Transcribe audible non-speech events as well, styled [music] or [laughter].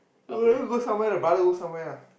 [noise] go somewhere th brother go somewhere lah